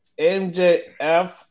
MJF